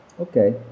Okay